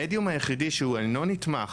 המדיום היחיד שאינו נתמך,